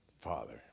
Father